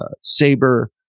saber